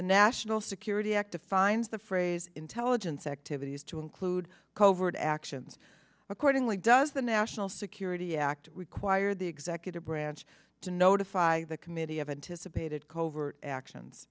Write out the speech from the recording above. national security act defines the phrase intelligence activities to include covert actions accordingly does the national security act require the executive branch to notify the committee of anticipated covert